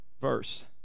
verse